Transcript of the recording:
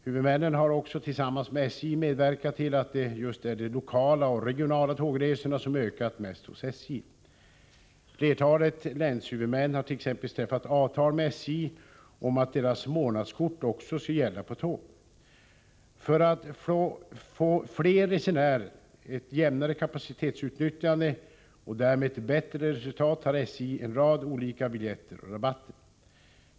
Huvudmännen har också tillsammans med SJ medverkat till att det är just de lokala och regionala tågresorna som ökat mest hos SJ. Flertalet länshuvudmän har t.ex. träffat avtal med SJ om att deras månadskort skall gälla också på tåg. För att få fler resenärer, ett jämnare kapacitetsutnyttjande och därmed ett bättre resultat har SJ en rad olika biljetter och rabatter.